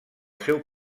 seu